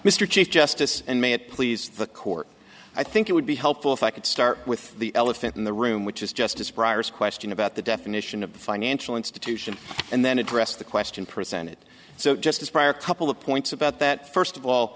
mr chief justice and may it please the court i think it would be helpful if i could start with the elephant in the room which is justice briar's question about the definition of the financial institution and then address the question presented so just as a prior couple of points about that first of all